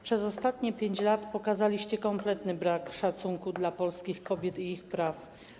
Przez ostatnie 5 lat pokazaliście kompletny brak szacunku dla polskich kobiet i ich praw.